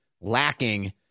lacking